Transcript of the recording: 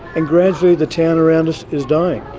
and gradually the town around us is dying.